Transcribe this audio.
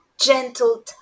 gentle